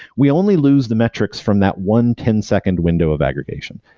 we only lose the metrics from that one ten second window of aggregation.